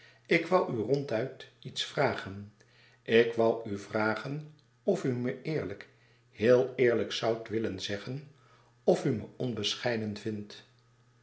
ik woû u ronduit iets vragen ik woû u vragen of u me eerlijk heel eerlijk zoudt willen zeggen of u me onbescheiden vindt